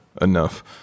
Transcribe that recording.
enough